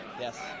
Yes